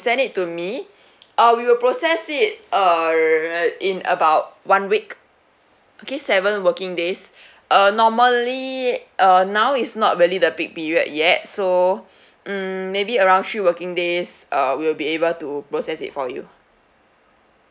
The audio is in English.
send it to me uh we will process it err in about one week okay seven working days uh normally err now is not really the peak period yet so mm maybe around three working days uh we'll be able to process it for you